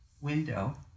window